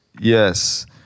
Yes